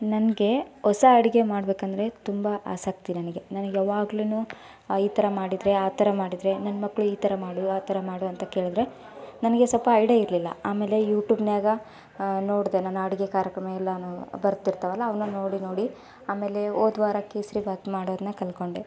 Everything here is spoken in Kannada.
ನನಗೆ ಹೊಸ ಅಡುಗೆ ಮಾಡ್ಬೇಕಂದರೆ ತುಂಬ ಆಸಕ್ತಿ ನನಗೆ ನನಗೆ ಯಾವಾಗ್ಲೂನು ಈ ಥರ ಮಾಡಿದರೆ ಆ ಥರ ಮಾಡಿದರೆ ನನ್ನ ಮಕ್ಕಳು ಈ ಥರ ಮಾಡು ಆ ಥರ ಮಾಡು ಅಂತ ಕೇಳಿದರೆ ನನಗೆ ಸ್ವಲ್ಪ ಐಡ್ಯ ಇರಲಿಲ್ಲ ಆಮೇಲೆ ಯುಟ್ಯೂಬ್ನ್ಯಾಗ ನೋಡಿದೆ ನಾನು ಅಡುಗೆ ಕಾರ್ಯಕ್ರಮ ಎಲ್ಲನೂ ಬರ್ತಿರ್ತವಲ್ಲ ಅವನ್ನ ನೋಡಿ ನೋಡಿ ಆಮೇಲೆ ಹೋದ್ವಾರ ಕೇಸರಿಭಾತ್ ಮಾಡೋದನ್ನ ಕಲ್ತ್ಕೊಂಡೆ